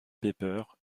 paper